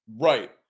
Right